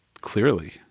clearly